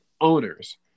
owners